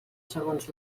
segons